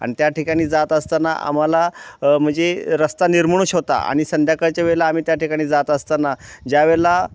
आणि त्या ठिकाणी जात असताना आम्हाला म्हणजे रस्ता निर्मनुष्य होता आणि संध्याकाळच्या वेळेला आम्ही त्या ठिकाणी जात असताना ज्यावेळेला